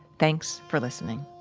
thanks for listening